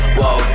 whoa